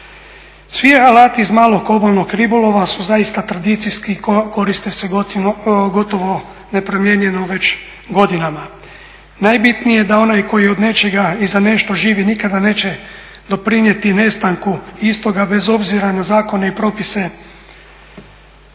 Svi alati iz malog obalnog ribolova su zaista tradicijski, koriste se gotovo nepromijenjeno već godinama. Najbitnije je da onaj koji od nečega i za nešto živi nikada neće doprinijeti nestanku istoga, bez obzira na zakone i propise.